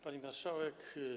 Pani Marszałek!